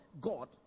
god